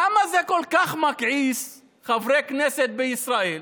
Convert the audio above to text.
למה זה כל כך מכעיס חברי כנסת בישראל?